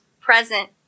present